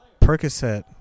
Percocet